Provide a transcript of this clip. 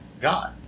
God